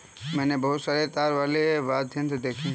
मैंने बहुत सारे तार वाले वाद्य यंत्र देखे हैं